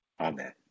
Amen